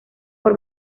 por